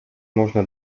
można